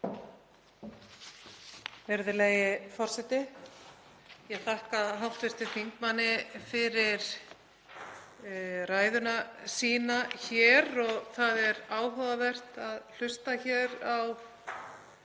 Virðulegi forseti. Ég þakka hv. þingmanni fyrir ræðu sína. Það er áhugavert að hlusta hér á